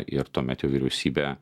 ir tuomet jau vyriausybė